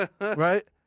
Right